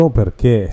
perché